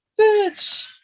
Bitch